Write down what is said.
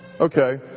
Okay